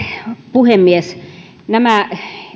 puhemies nämä